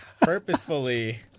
purposefully